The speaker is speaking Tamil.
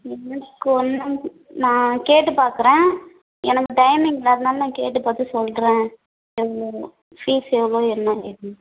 எனக்கு ஒன்றும் நான் கேட்டு பாக்கிறேன் எனக்கு டைமிங் அதனால் நான் கேட்டு பார்த்து சொல்கிறேன் ஃபீஸ் எவ்வளோ என்ன ஏதுனு